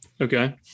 okay